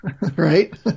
Right